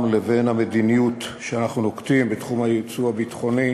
לבין המדיניות שאנחנו נוקטים בתחום היצוא הביטחוני